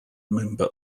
member